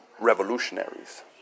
revolutionaries